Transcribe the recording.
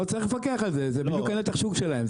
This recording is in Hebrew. לא צריך לפקח על זה, זה בדיוק נתח השוק שלהם.